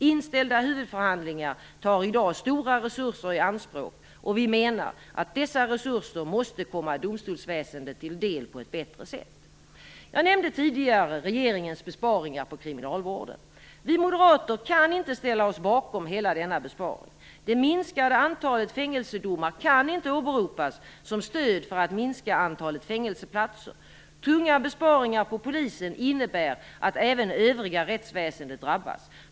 Inställda huvudförhandlingar tar i dag stora resurser i anspråk, och vi menar att dessa resurser måste komma domstolsväsendet till del på ett bättre sätt. Jag nämnde tidigare regeringens besparingar på kriminalvården. Vi moderater kan inte ställa oss bakom hela denna besparing. Det minskade antalet fängelsedomar kan inte åberopas som stöd för att minska antalet fängelseplatser. Tunga besparingar på polisen innebär att även övriga rättsväsendet drabbas.